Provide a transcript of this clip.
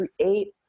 create